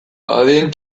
adin